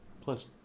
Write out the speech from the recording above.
plus